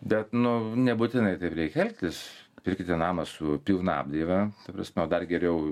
bet nu nebūtinai taip reikia elgtis pirkite namą su pilna apdaila ta prasme o dar geriau